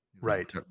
Right